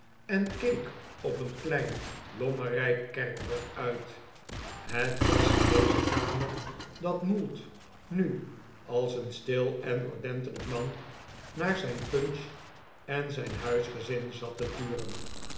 en keek op een klein lommerrijk kerkhof uit het was in deze kamer dat mould nu als een stil en ordentelijk man naar zijn punch en zijn huisgezin zat te turen